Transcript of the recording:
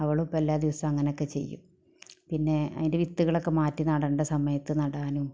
അവളും ഇപ്പം എല്ലാദിവസവും അങ്ങനെയൊക്കെ ചെയ്യും പിന്നെ അതിൻ്റെ വിത്തുകളൊക്കെ മാറ്റി നടേണ്ട സമയത്ത് നടാനും